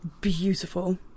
beautiful